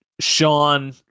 Sean